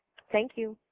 thank you.